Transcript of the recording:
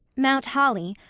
mount holly,